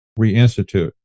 reinstitute